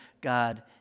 God